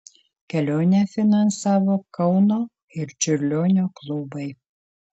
kelionę finansavo kauno ir čiurlionio klubai